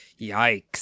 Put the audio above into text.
Yikes